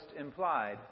implied